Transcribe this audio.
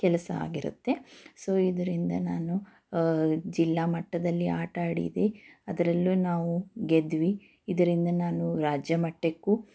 ಕೆಲಸ ಆಗಿರುತ್ತೆ ಸೋ ಇದರಿಂದ ನಾನು ಜಿಲ್ಲಾಮಟ್ಟದಲ್ಲಿ ಆಟ ಆಡಿದೆ ಅದರಲ್ಲೂ ನಾವು ಗೆದ್ವಿ ಇದರಿಂದ ನಾನು ರಾಜ್ಯಮಟ್ಟಕ್ಕೂ